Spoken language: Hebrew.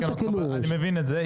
אני מבין את זה.